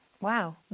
Wow